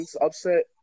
upset